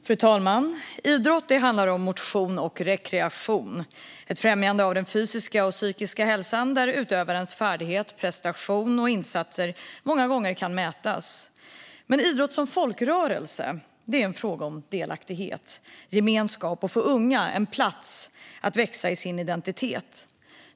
Fru talman! Idrott handlar om motion och rekreation. Det är ett främjande av den fysiska och psykiska hälsan där utövarens färdighet, prestation och insatser många gånger kan mätas. Men idrott som folkrörelse - det är en fråga om delaktighet, gemenskap och en plats för unga att växa i sin identitet.